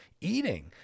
Eating